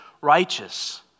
righteous